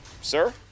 sir